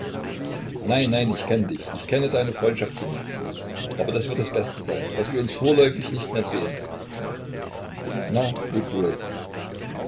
nein nein ich kenne dich ich kenne deine freundschaft zu mir aber das wird das beste sein daß wir uns vorläufig nicht mehr sehen na leb wohl